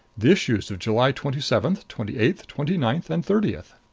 the issues of july twenty-seventh, twenty-eighth, twenty-ninth and thirtieth.